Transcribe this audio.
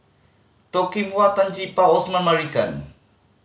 Toh Kim Hwa Tan Gee Paw Osman Merican